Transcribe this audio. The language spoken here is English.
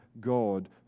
God